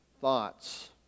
thoughts